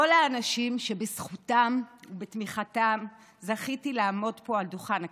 כל האנשים שבזכותם ובתמיכתם זכיתי לעמוד פה על דוכן הכנסת.